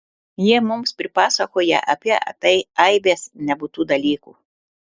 jie mums pripasakoja apie tai aibes nebūtų dalykų